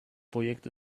projekt